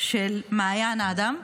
של מעיין אדם,